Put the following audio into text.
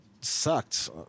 sucked